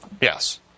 yes